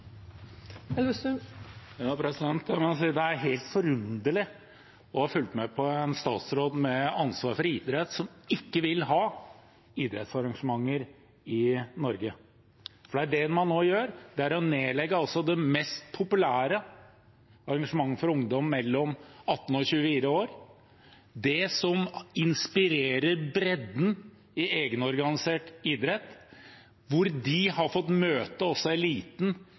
helt forunderlig å ha fulgt med på en statsråd med ansvar for idrett som ikke vil ha idrettsarrangementer i Norge. For det man nå gjør, er å nedlegge det mest populære arrangementet for ungdom mellom 18 og 24 år, det som inspirerer bredden i egenorganisert idrett, hvor de har fått møte eliten i verden – og mange har også